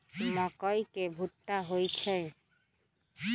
मकई के भुट्टा होई छई